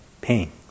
pain